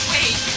Wait